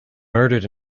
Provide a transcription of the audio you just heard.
murdered